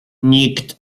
nikt